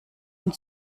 und